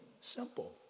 simple